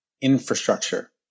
infrastructure